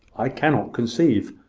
i cannot conceive.